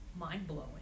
mind-blowing